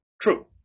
true